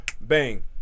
bang